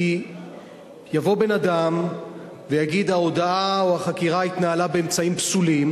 כי יבוא בן-אדם ויגיד: ההודאה או החקירה התנהלה באמצעים פסולים,